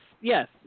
yes